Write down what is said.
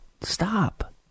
Stop